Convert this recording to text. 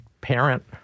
parent